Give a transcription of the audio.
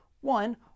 One